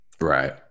right